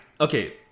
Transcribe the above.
okay